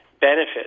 benefit